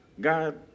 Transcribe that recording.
God